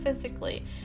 physically